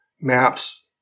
maps